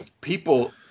people